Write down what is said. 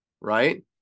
right